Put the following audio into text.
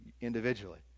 individually